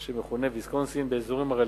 מה שמכונה ויסקונסין, באזורים הרלוונטיים.